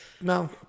No